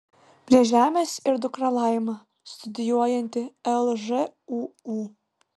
prie žemės ir dukra laima studijuojanti lžūu